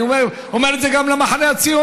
אני אומר את זה גם למחנה הציוני.